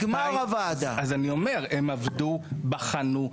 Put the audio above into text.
הם בחנו,